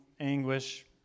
anguish